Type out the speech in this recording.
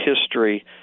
history